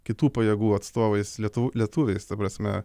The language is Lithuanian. kitų pajėgų atstovais lietuv lietuviais ta prasme